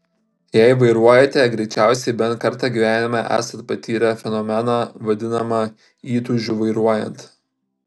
jei vairuojate greičiausiai bent kartą gyvenime esate patyrę fenomeną vadinamą įtūžiu vairuojant